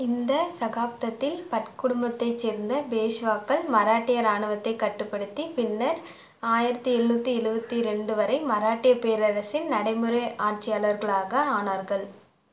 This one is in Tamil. இந்த சகாப்தத்தில் பட் குடும்பத்தை சேர்ந்த பேஷ்வாக்கள் மராட்டிய ராணுவத்தை கட்டுப்படுத்தி பின்னர் ஆயிரத்தி எழுநூத்தி எழுவத்தி ரெண்டு வரை மராட்டியப் பேரரசின் நடைமுறை ஆட்சியாளர்களாக ஆனார்கள்